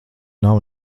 nav